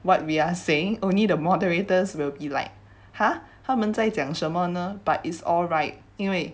what we are saying only the moderators will be like !huh! 他们在讲什么呢 but it's all right 因为